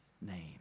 name